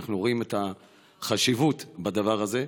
אנחנו רואים את החשיבות בדבר הזה.